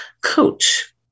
coach